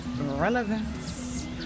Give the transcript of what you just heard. relevance